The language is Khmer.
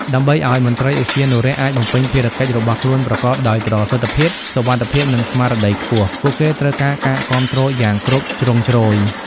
ដើម្បីឲ្យមន្ត្រីឧទ្យានុរក្សអាចបំពេញភារកិច្ចរបស់ខ្លួនប្រកបដោយប្រសិទ្ធភាព សុវត្ថិភាព និងស្មារតីខ្ពស់ ពួកគេត្រូវការការគាំទ្រយ៉ាងគ្រប់ជ្រុងជ្រោយ។